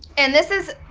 and this is,